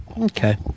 Okay